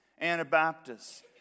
Anabaptists